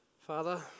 father